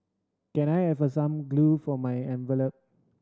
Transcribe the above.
can I have some glue for my envelope